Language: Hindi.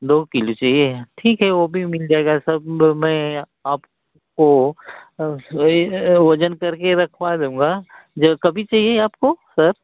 दो किलो चाहिए ठीक है वह भी मिल जाएगा सब मैं आपको वज़न करके रखवा दूँगा जब कभी चाहिए आपको सर